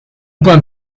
bahn